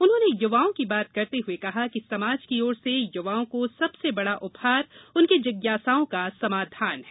उन्होंने युवाओं की बात करते हुए कहा कि समाज की ओर से युवाओं को सबसे बड़ा उपहार उनकी जिज्ञासाओं का समाधान है